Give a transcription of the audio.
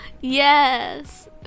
Yes